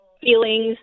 feelings